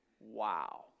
Wow